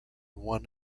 one